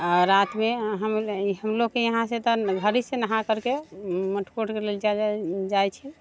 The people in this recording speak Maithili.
आओर रातिमे हमलो हमलोगके इहाँसँ घर ही से नहा करके मटकोरके लेल जाइ छी